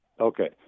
Okay